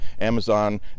Amazon